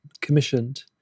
commissioned